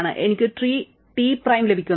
എനിക്ക് three T prime ലഭിക്കുന്നു